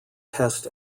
test